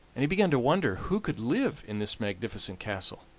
and he began to wonder who could live in this magnificent castle.